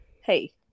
hey